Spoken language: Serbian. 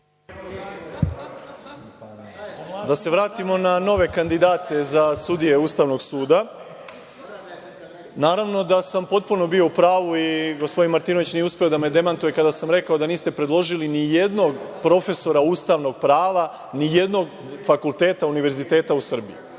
Da se vratimo na nove kandidate za sudije Ustavnog suda. Naravno da sam bio u pravu i gospodin Martinović nije uspeo da me demantuje kada sam rekao da niste predložili ni jednog profesora ustavnog prava ni jednog fakulteta univerziteta u Srbiji.